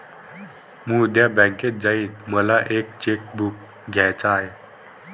मी उद्या बँकेत जाईन मला एक चेक बुक घ्यायच आहे